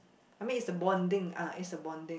I mean is the bonding uh is the bonding